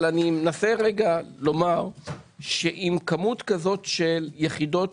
אני מנסה לומר שעם כמות כזאת של יחידות